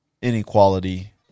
Inequality